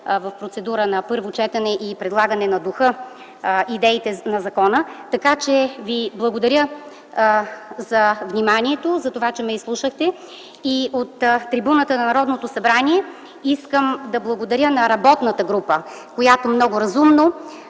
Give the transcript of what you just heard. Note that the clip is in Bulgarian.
– процедура на първо четене и предлагане на духа и идеите на закона. Благодаря ви за вниманието и за това, че ме изслушахте. От трибуната на Народното събрание искам да благодаря на работната група, която много разумно